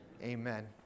Amen